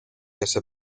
ese